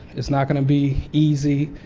it's not going to be easy,